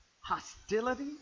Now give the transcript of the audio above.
Hostility